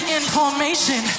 information